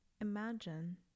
imagine